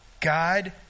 God